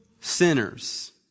sinners